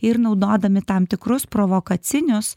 ir naudodami tam tikrus provokacinius